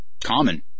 common